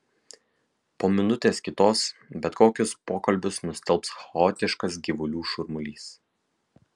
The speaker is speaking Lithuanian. po minutės kitos bet kokius pokalbius nustelbs chaotiškas gyvulių šurmulys